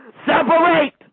Separate